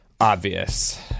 obvious